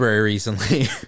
recently